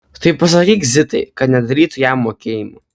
tai pasakyk zitai kad nedarytų jam mokėjimų